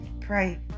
pray